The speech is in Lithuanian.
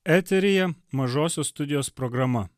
eteryje mažosios studijos programa